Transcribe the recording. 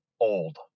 old